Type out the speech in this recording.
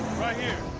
right here.